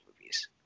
movies